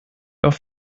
auf